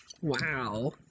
Wow